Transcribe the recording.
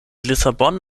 lissabon